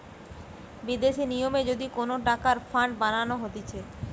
বিদেশি নিয়মে যদি কোন টাকার ফান্ড বানানো হতিছে